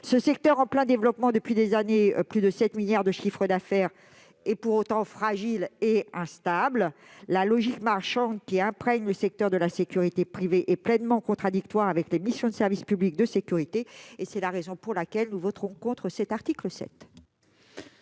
Ce secteur, en plein développement depuis des années, avec plus de 7 milliards d'euros de chiffre d'affaires, est pour autant fragile et instable. La logique marchande qui imprègne le secteur de la sécurité privée est pleinement contradictoire avec les missions de service public de sécurité. C'est la raison pour laquelle nous voterons contre l'article 7.